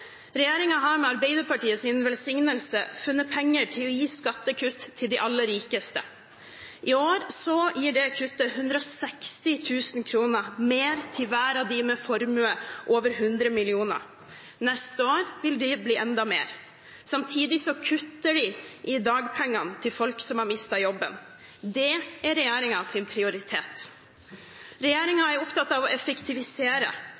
har – med Arbeiderpartiets velsignelse – funnet penger til å gi skattekutt til de aller rikeste. I år gir det kuttet 160 000 kr mer til hver av dem med formue over 100 mill. kr, neste år vil det bli enda mer. Samtidig kutter de i dagpengene til folk som har mistet jobben. Det er regjeringens prioritet.